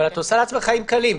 אבל את עושה לעצמך חיים קלים,